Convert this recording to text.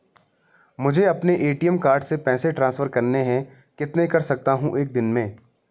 मुझे अपने ATM card से पैसे ट्रांसफर करने हैं कितने कर सकता हूँ एक दिन में?